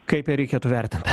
kaip ją reikėtų vertint